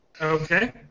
Okay